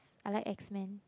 I like X men